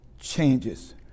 changes